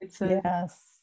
yes